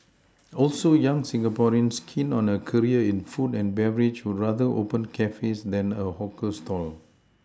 also young Singaporeans keen on a career in food and beverage would rather open cafes than a hawker stall